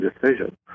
decision